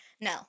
No